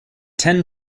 ten